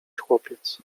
chłopiec